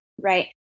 right